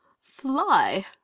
fly